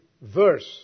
verse